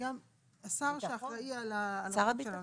לשר שאחראי --- שר הביטחון.